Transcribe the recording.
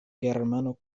germano